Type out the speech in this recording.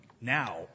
now